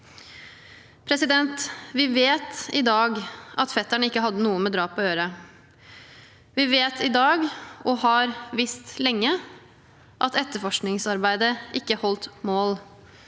Vi vet i dag at fetteren ikke hadde noe med drapet å gjøre. Vi vet i dag – og har visst lenge – at etterforskningsarbeidet ikke holdt mål.